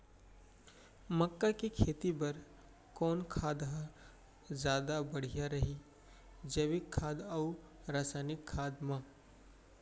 मक्का के खेती बर कोन खाद ह जादा बढ़िया रही, जैविक खाद अऊ रसायनिक खाद मा?